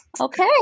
Okay